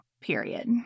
period